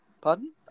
pardon